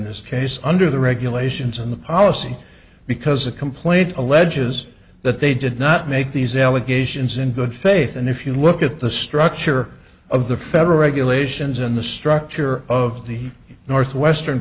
this case under the regulations and the policy because the complaint alleges that they did not make these allegations in good faith and if you look at the structure of the federal regulations and the structure of the northwestern